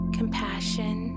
compassion